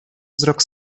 wzrok